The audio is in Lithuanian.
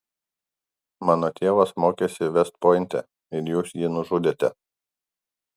mano tėvas mokėsi vest pointe ir jūs jį nužudėte